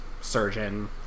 surgeon